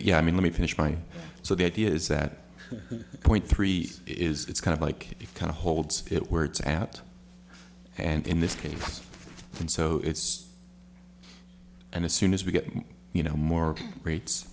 yeah i mean let me finish my so the idea is that point three is it's kind of like it kind of holds it where it's at and in this case and so it's and as soon as we get you know more rates